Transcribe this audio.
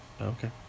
Okay